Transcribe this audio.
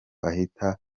ahita